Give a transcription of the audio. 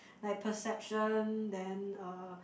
like perception then err